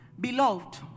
Beloved